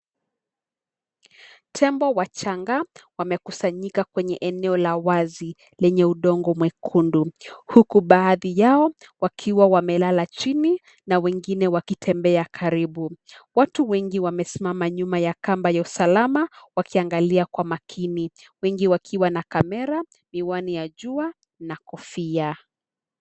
Tembo wachanga, wamekusanyika kwenye eneo la wazi, lenye udongo mwekundu. Huku baadhi yao, wakiwa wamelala chini, na wengine wakitembea karibu. Watu wengi wamesimama nyuma ya kamba ya usalama, wakiangalia kwa makini. Wengi wakiwa na kamera, miwani ya jua, na kofia.